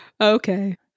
okay